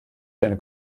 deine